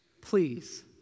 Please